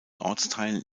ortsteilen